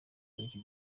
w’icyo